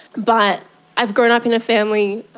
but i've grown up in a family,